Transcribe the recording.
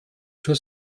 zur